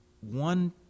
one